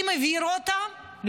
האם העבירו אותם?